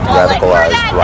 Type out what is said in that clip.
radicalized